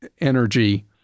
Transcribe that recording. energy